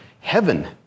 Heaven